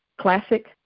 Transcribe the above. classic